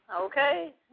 Okay